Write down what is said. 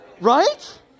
right